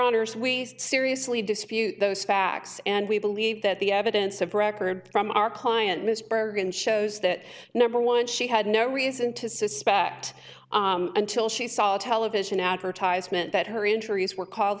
is we seriously dispute those facts and we believe that the evidence of record from our pliant miss bergen shows that number one she had no reason to suspect until she saw a television advertisement that her injuries were called